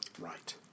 right